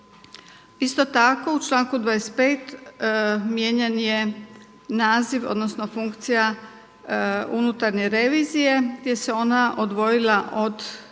Isto tako u članku 25. mijenjan je naziv odnosno funkcija unutarnje revizije gdje se ona odvojila od funkcije